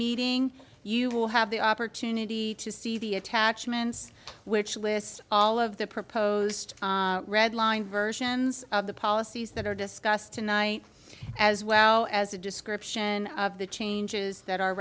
meeting you will have the opportunity to see the attachments which lists all of the proposed redlined versions of the policies that are discussed tonight as well as a description of the changes that are